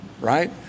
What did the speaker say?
right